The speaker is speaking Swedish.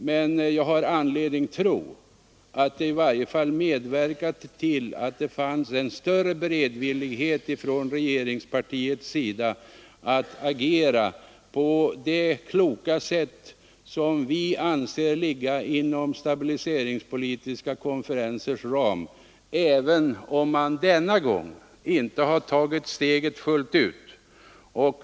Men jag har anledning tro att vi i varje fall medverkat till att det fanns en större beredvillighet hos regeringspartiet att agera på det kloka sätt som vi anser ligga inom stabiliseringspolitiska konferensers ram även om man denna gång inte har tagit steget fullt ut.